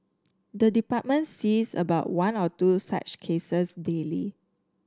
the department sees about one or two such cases daily